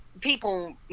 people